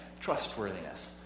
Trustworthiness